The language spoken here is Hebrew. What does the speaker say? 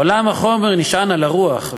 עולם החומר נשען על הרוח,